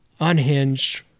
unhinged